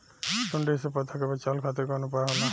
सुंडी से पौधा के बचावल खातिर कौन उपाय होला?